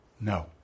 No